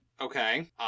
Okay